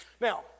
Now